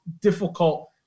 difficult